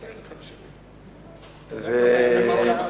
בסדר,